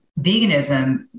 veganism